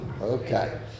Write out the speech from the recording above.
okay